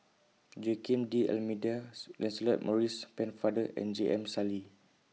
Joaquim D'Almeidas Lancelot Maurice Pennefather and J M Sali